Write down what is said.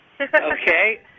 Okay